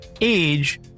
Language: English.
age